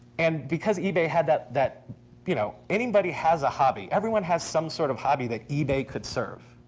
and because ebay had that that you know anybody has a hobby. everyone has some sort of hobby that ebay could serve.